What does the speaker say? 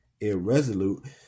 irresolute